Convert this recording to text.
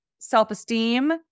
self-esteem